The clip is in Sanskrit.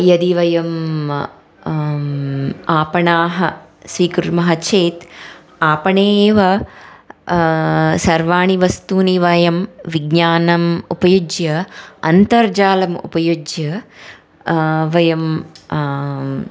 यदि वयं आपणाः स्वीकुर्मः चेत् आपणे एव सर्वाणि वस्तूनि वयं विज्ञानम् उपयुज्य अन्तर्जालम् उपयुज्य वयं